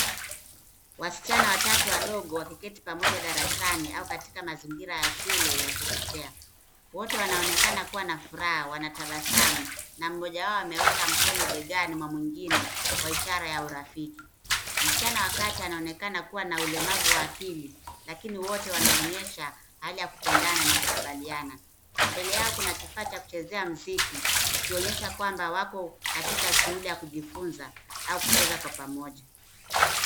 Wasichana watatu wadogo wakiketi pamoja darasani au katika mazingira ya shule ya chekechea. Wote wanaonekana kuwa na furaha; wanatabasamu na mmoja wao ameweka mkono begani mwa mwingine kwa ishara ya urafiki. Msichana wa kati anaonekana kuwa na ulemavu wa akili, lakini wote wanaonyesha hali ya kupendana na kukubaliana. Mbele yao kuna kifaa cha kuchezea mziki; kikionyesha kwamba wako katika shughuli ya kujifunza au kucheza kwa pamoja.